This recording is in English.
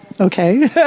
okay